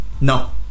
No